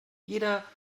jeder